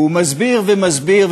והוא מסביר ומסביר,